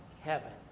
heaven